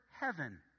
heaven